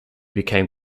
became